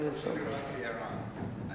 ואני